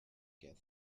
get